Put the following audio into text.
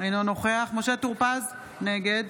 אינו נוכח משה טור פז, נגד